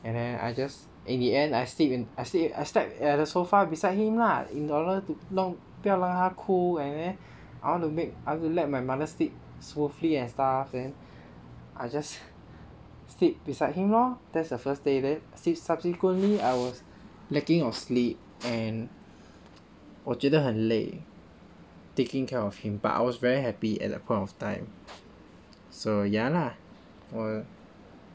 and then I just in the end I sleep in I sleep in I slept at the sofa beside him lah in order to 弄不要让它哭 and then I want to make I want to let my mother sleep smoothly and stuff leh then I just sleep beside him lor that's the first day then subsequently I was lacking of sleep and 我觉得很累 taking care of him but I was very happy at that point of time so ya lah 我